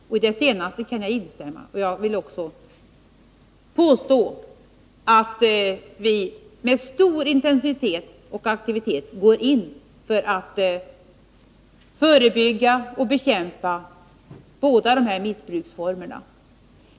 I det senaste uttalandet kan jag instämma. Jag vill också påstå att vi med stor intensitet och aktivitet går in för att förebygga och bekämpa båda dessa former av missbruk.